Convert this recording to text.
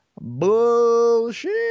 bullshit